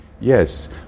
Yes